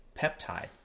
peptide